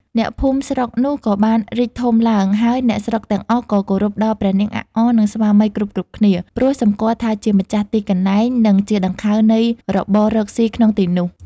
អ្នកភូមិស្រុកនោះ ក៏បានរីកធំឡើង ហើយអ្នកស្រុកទាំងអស់ ក៏គោរពដល់ព្រះនាងអាក់អ និង ស្វាមីគ្រប់ៗគ្នា ព្រោះសំគាល់ថាជាម្ចាស់ទីកន្លែង និង ជាដង្ខៅនៃរបររកស៊ីក្នុងទីនោះ ។